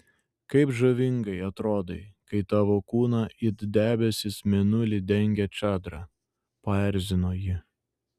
kaip žavingai atrodai kai tavo kūną it debesis mėnulį dengia čadra paerzino ji